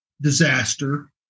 disaster